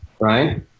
right